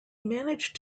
managed